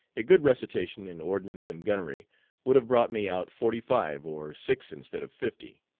a good recitation in ordnance and gunnery would have brought me out forty five or six instead of fifty.